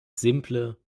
simple